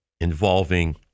involving